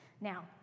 now